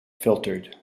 filtered